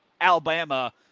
Alabama